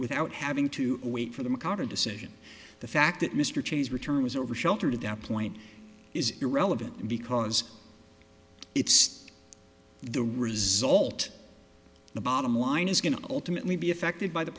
without having to wait for the macarthur decision the fact that mr chase returns over shelter to that point is irrelevant because it's the result the bottom line is going to ultimately be affected by the